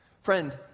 Friend